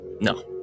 No